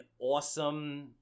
awesome